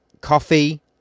coffee